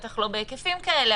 בטח לא בהיקפים כאלה,